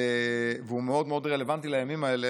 הוא מאוד רלוונטי לימים האלה,